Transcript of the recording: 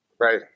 Right